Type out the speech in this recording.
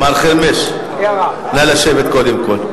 מר חרמש, נא לשבת, קודם כול.